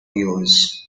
years